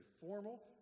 formal